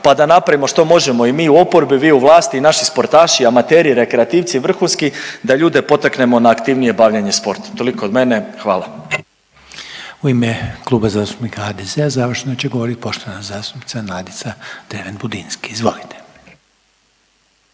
pa da napravimo što možemo i mi u oporbi i vi u vlasti i naši sportaši amateri, rekreativci, vrhunski da ljude potaknemo na aktivnije bavljenje sportom. Toliko do mene, hvala. **Reiner, Željko (HDZ)** U ime Kluba zastupnika HDZ-a završno će govoriti poštovana zastupnica Nadica Dreven Budinski. Izvolite.